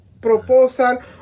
proposal